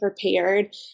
prepared